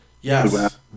yes